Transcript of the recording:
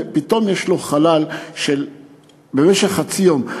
ופתאום יש לו חלל של חצי יום,